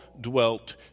dwelt